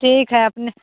ठीक है अपने